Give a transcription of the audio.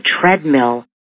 treadmill